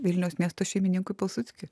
vilniaus miesto šeimininkui pilsudskiui